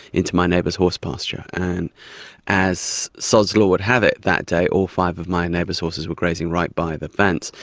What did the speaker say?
into my neighbour's horse pasture. and as sod's law would have it that day all five of my neighbour's horses were grazing right by the fence.